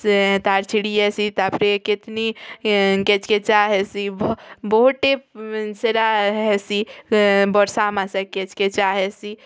ସେ ତାର୍ ଛିଡ଼ି ଯାଏସି ତାପରେ କେତ୍ନି ଏଁ କେଚ୍କେଚା ହେସି ବ ବହୁତ୍ ଟେମ୍ ସେଟା ହେସି ବର୍ଷା ମାସେ କେଚ୍କେଚା ହେସି